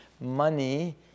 Money